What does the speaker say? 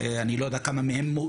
אני לא יודע כמה מהם,